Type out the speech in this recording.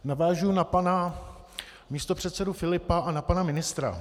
Navážu na pana místopředsedu Filipa a na pana ministra.